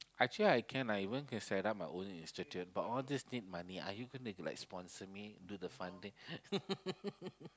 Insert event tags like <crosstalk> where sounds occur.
actually I can even like set up my own institute but all these need money are you gonna like sponsor me do the funding <laughs>